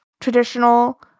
traditional